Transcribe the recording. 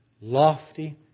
lofty